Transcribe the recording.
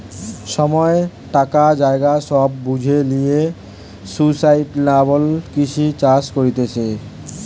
সময়, টাকা, জায়গা সব বুঝে লিয়ে সুস্টাইনাবল কৃষি চাষ করতিছে